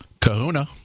Kahuna